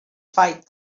fight